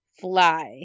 fly